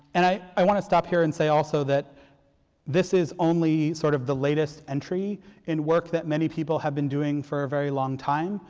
and i i want to stop here and say also that this is only sort of the latest entry in work that many people have been doing for a very long time.